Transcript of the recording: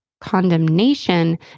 Condemnation